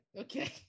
Okay